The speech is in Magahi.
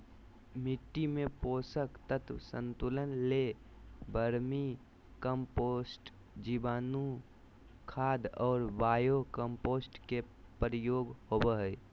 मिट्टी में पोषक तत्व संतुलन ले वर्मी कम्पोस्ट, जीवाणुखाद और बायो कम्पोस्ट के प्रयोग होबो हइ